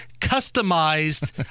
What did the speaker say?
customized